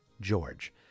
George